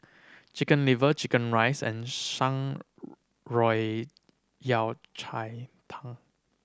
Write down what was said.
Chicken Liver chicken rice and Shan Rui Yao Cai Tang